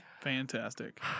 Fantastic